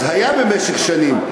אז היה במשך שנים,